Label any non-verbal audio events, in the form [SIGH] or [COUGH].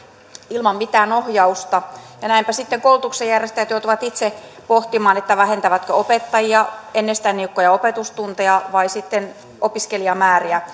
ilman mitään ohjausta ja näinpä sitten koulutuksen järjestäjät joutuvat itse pohtimaan vähentävätkö opettajia ennestään niukkoja opetustunteja vai sitten opiskelijamääriä [UNINTELLIGIBLE]